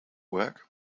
work